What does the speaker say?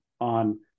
on